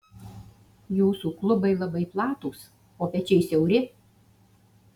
jūsų klubai labai platūs o pečiai siauri